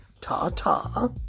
Ta-ta